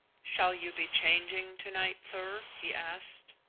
shall you be changing to-night, sir? he asked.